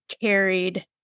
carried